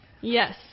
Yes